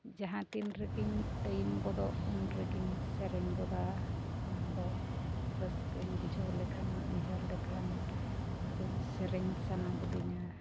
ᱡᱟᱦᱟᱸ ᱛᱤᱱ ᱨᱮᱜᱮᱧ ᱴᱟᱭᱤᱢ ᱜᱚᱫᱚᱜ ᱩᱱ ᱨᱮᱜᱮᱧ ᱥᱮᱨᱮᱧ ᱜᱚᱫᱟ ᱚᱱᱟᱫᱚ ᱨᱟᱹᱥᱠᱟᱹᱧ ᱵᱩᱡᱷᱟᱹᱣ ᱞᱮᱠᱷᱟᱱ ᱩᱭᱦᱟᱹᱨ ᱞᱮᱠᱷᱟᱱ ᱟᱫᱚᱧ ᱥᱮᱨᱮᱧ ᱥᱟᱱᱟ ᱜᱚᱫᱤᱧᱟ